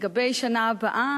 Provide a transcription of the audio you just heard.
לגבי השנה הבאה,